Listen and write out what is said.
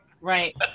Right